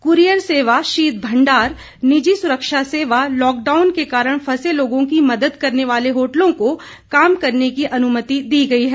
courier सेवा शीत भंडार निजी सुरक्षा सेवा लॉकडाउन के कारण फंसे लोगों की मदद करने वाले होटलों को काम करने की अनुमति दी गई है